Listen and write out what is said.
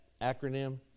acronym